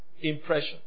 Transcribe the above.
impression